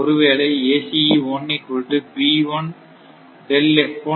ஒருவேளை என்போம்